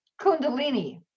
kundalini